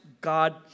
God